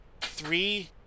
three